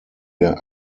der